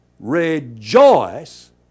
rejoice